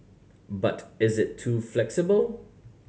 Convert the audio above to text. but is it too flexible